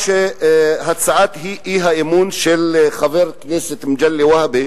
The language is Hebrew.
להצעת האי-אמון של חבר הכנסת מגלי והבה,